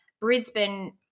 Brisbane